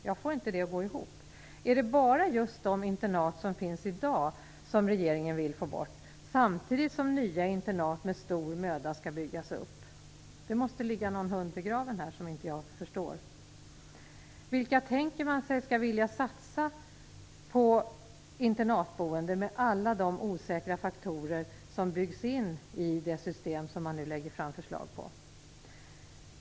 Jag får inte det att gå ihop. Är det bara just de internat som finns i dag som regeringen vill få bort, samtidigt som nya internat med stor möda skall byggas upp? Det måste ligga någon hund begraven här som jag inte förstår. Vilka tänker man sig skall vilja satsa på internatboende med alla de osäkra faktorer som byggs in i det system som man nu lägger fram förslag om?